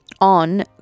on